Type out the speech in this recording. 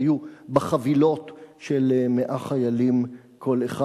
היו בחבילות של 100 חיילים כל אחד.